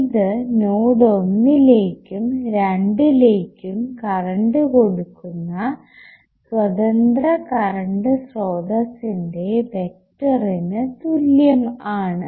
ഇത് നോഡ് ഒന്നിലേക്കും രണ്ടിലേക്കും കറണ്ട് കൊടുക്കുന്ന സ്വതന്ത്ര കറണ്ട് സ്രോതസ്സിന്റെ വെക്റ്ററിനു തുല്യം ആണ്